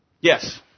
Yes